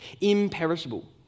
imperishable